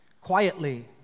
quietly